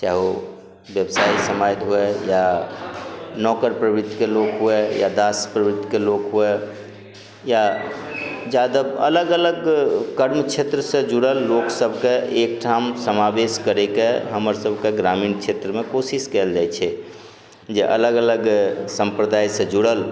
चाहो व्यवसाय समुदाय हुए या नौकर प्रवृतिके लोक हुए या दास प्रवृतिके लोक हुए या जादा अलग अलग कर्म क्षेत्र सऽ जुड़ल लोक सबके एकठाम समावेश करैके हमर सबके ग्रामीण क्षेत्रमे कोशिश कयल जाइ छै जे अलग अलग सम्प्रदाय सऽ जुड़ल